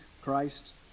Christ